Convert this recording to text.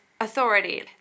authority